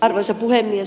arvoisa puhemies